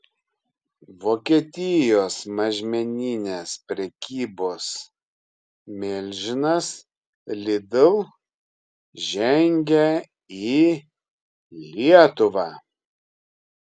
vokietijos mažmeninės prekybos milžinas lidl žengia į lietuvą